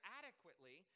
adequately –